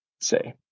say